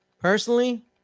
Personally